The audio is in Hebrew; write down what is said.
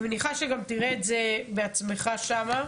אני מניחה שגם תראה את זה בעצמך שם.